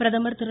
பிரதமர் திரு